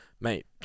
mate